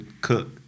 Cook